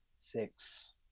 Six